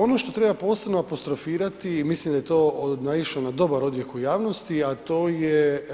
Ono što treba posebno apostrofirati, mislim da je to naišlo na dobar odjek u javnosti, a to je